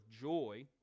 joy